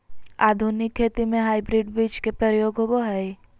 आधुनिक खेती में हाइब्रिड बीज के प्रयोग होबो हइ